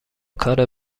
کار